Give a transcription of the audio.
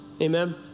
Amen